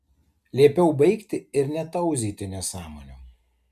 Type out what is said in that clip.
liepiau baigti ir netauzyti nesąmonių